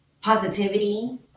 positivity